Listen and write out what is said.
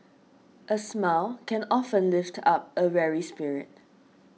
a smile can often lift up a weary spirit